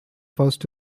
first